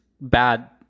bad